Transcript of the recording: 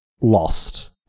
lost